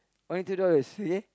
only two dollars only